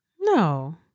No